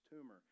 tumor